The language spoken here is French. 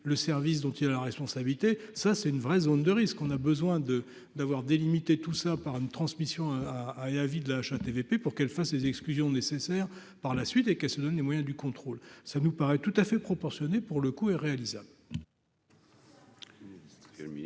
le service, donc il a la responsabilité, ça c'est une vraie zone de risques, on a besoin de d'avoir délimité tout ça par une transmission à à la vie de la HATVP pour qu'elle fasse des exclusions nécessaire par la suite et qu'elle se donne les moyens du contrôle, ça nous paraît tout à fait proportionnée, pour le coup est réalisable.